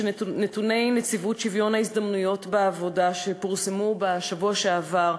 שנתוני נציבות שוויון הזדמנויות בעבודה שפורסמו בשבוע שעבר,